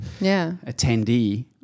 attendee